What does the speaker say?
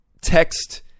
text